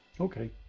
Okay